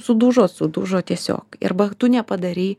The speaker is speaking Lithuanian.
sudužo sudužo tiesiog arba tu nepadarei